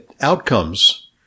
outcomes